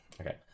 Okay